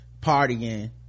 partying